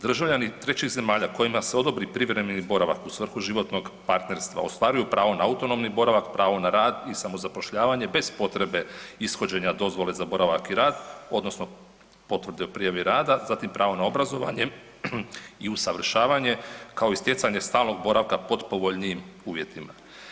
Državljani trećih zemalja kojima se odobri privremeni boravak u svrhu životnog partnerstva ostvaruju pravo na autonomni boravak, pravo na rad i samozapošljavanje bez potrebe ishođenja dozvole za boravak i rad odnosno potvrde o prijavi rada, zatim pravo na obrazovanje i usavršavanje kao i stjecanje stalog boravka pod povoljnijim uvjetima.